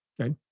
Okay